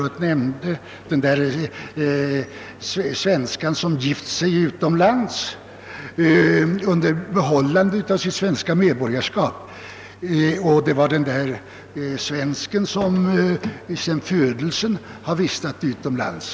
Det ena gällde en svenska som gift sig utomlands men behållit sitt svenska medborgarskap, och det andra gällde en svensk som sedan födelsen har vistats utomlands.